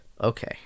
Okay